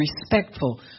respectful